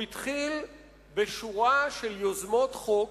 הוא התחיל בשורה של יוזמות חוק,